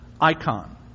icon